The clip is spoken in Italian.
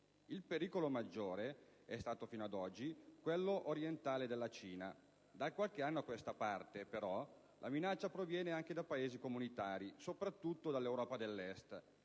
Il pericolo maggiore è stato, fino ad oggi, quello orientale della Cina. Da qualche anno a questa parte, però, la minaccia proviene anche da Paesi comunitari, soprattutto dall'Europa dell'Est: